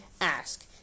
ask